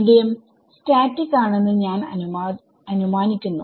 medium static ആണെന്ന് ഞാൻ അനുമാനിക്കുന്നു